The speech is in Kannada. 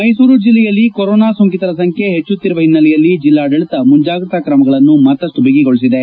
ಮೈಸೂರು ಜಲ್ಲೆಯಲ್ಲಿ ಕೊರೋನಾ ಸೋಂಕಿತರ ಸಂಜ್ದೆ ಹೆಚ್ಚುಕ್ತಿರುವ ಹಿನ್ನೆಲೆಯಲ್ಲಿ ಜಿಲ್ಲಾಡಳತ ಮುಂಜಾಗ್ರತಾ ಕ್ರಮಗಳನ್ನು ಮತ್ತಪ್ಪ ಬಗಿಗೊಳಿಸಿದೆ